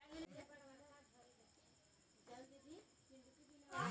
किटनाशक क इस्तेमाल कीट के मारे के खातिर करल जाला